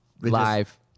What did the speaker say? live